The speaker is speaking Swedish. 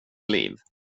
liv